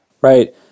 Right